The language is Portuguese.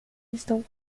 estão